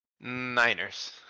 Niners